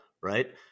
right